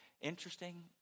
Interesting